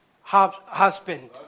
husband